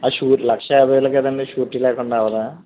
shoe lakh యాభై వేలే కాదండి షూరిటీ లేకుండా అవ్వదా